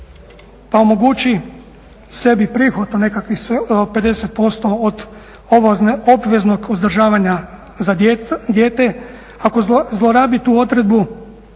pa omogući sebi prihod od nekakvih 50% od obveznog uzdržavanja za dijete. Ako zlorabi tu odredbu